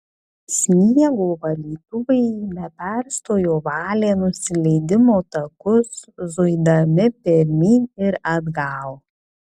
sniego valytuvai be perstojo valė nusileidimo takus zuidami pirmyn ir atgal